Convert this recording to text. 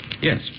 Yes